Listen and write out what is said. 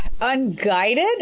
unguided